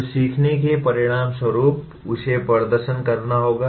तो सीखने के परिणामस्वरूप उसे प्रदर्शन करना होगा